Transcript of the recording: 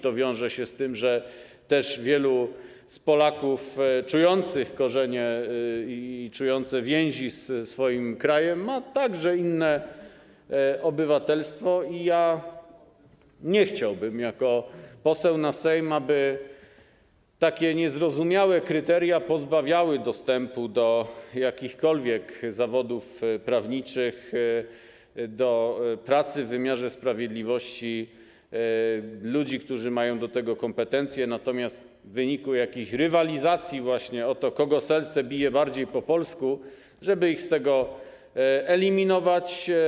To wiąże się z tym, że wielu Polaków czujących korzenie i czujących więzi ze swoim krajem ma także inne obywatelstwo, i nie chciałbym jako poseł na Sejm, aby takie niezrozumiałe kryteria pozbawiały dostępu do jakichkolwiek zawodów prawniczych, do pracy w wymiarze sprawiedliwości ludzi, którzy mają do tego kompetencje, aby w wyniku jakiejś rywalizacji o to, czyje serce bije bardziej po polsku, ich z tego eliminować.